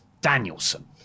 Danielson